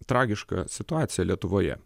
tragišką situaciją lietuvoje